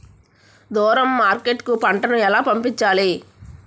దూరం మార్కెట్ కు పంట ను ఎలా పంపించాలి?